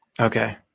Okay